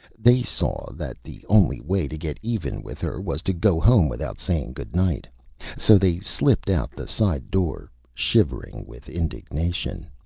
they saw that the only way to get even with her was to go home without saying good night so they slipped out the side door, shivering with indignation.